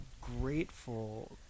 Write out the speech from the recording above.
grateful